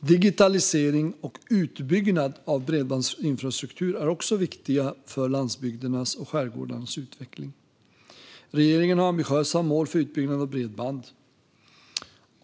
Digitalisering och utbyggnad av bredbandsinfrastruktur är också viktiga för landsbygdernas och skärgårdarnas utveckling. Regeringen har ambitiösa mål för utbyggnaden av bredband.